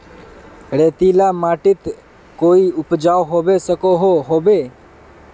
रेतीला माटित कोई उपजाऊ होबे सकोहो होबे?